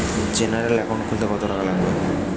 General account খুলতে কত টাকা লাগবে?